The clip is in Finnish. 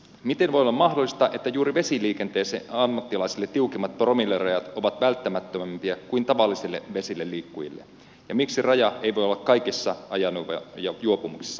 miten voi olla mahdollista että juuri vesiliikenteeseen ammattilaisille tiukimmat promillerajat ovat välttämättömämpiä kuin tavallisille vesilläliikkujille ja miksi raja ei voi olla kaikissa ajoneuvojuopumuksissa sama